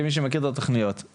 כמי שמכיר את התוכניות,